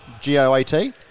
G-O-A-T